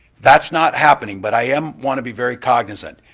that's not happening, but i am, want to be very cognizant.